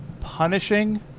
punishing